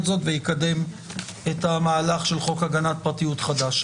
זאת ויקדם את המהלך של חוק הגנת פרטיות חדש.